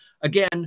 Again